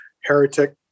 Heretic